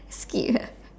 skip ah